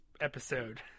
episode